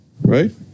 right